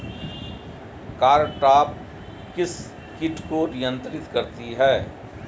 Cartap किस किट को नियंत्रित करती है?